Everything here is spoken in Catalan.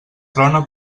trona